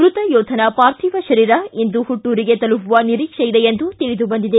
ಮೃತ ಯೋಧನ ಪಾರ್ಥಿವ ಶರೀರ ಇಂದು ಹುಟ್ಟೂರಿಗೆ ತಲುಪುವ ನಿರೀಕ್ಷೆ ಇದೆ ಎಂದು ತಿಳಿದು ಬಂದಿದೆ